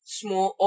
small